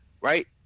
Right